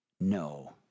No